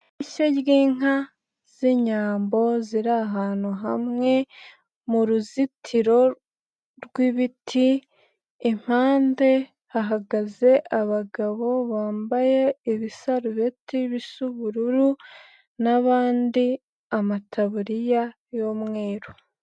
Ishyo ry'inka z'inyambo ziri ahantu hamwe mu ruzitiro rw'ibiti, impande hahagaze abagabo bambaye ibisarubeti bisa ubururu n'abandi amataburiya y'umweru.